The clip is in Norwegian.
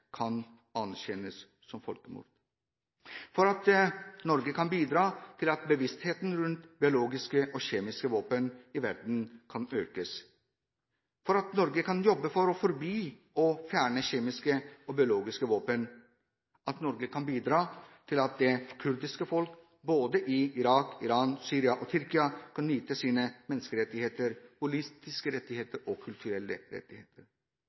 kan anerkjennes som folkemord? at Norge kan bidra til at bevisstheten om biologiske og kjemiske våpen i verden kan økes at Norge kan jobbe for å forby og fjerne kjemiske og biologiske våpen at Norge kan bidra til at det kurdiske folk i både Irak, Iran, Syria og Tyrkia får nyte godt av sine politiske og kulturelle rettigheter,